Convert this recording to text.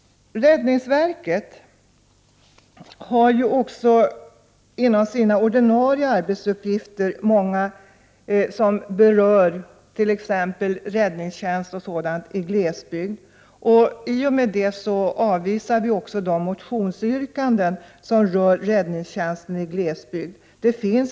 Räddningsverket har ju också bland sina ordinarie arbetsuppgifter många som berör t.ex. räddningstjänst i glesbygd. Därför avvisar vi också de motionsyrkanden som har att göra med räddningstjänsten i glesbygd. SRV Prot.